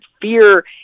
fear